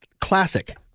Classic